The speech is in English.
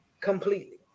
completely